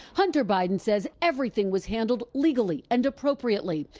hunter biden says everything was handled legally and appropriately.